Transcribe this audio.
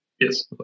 Yes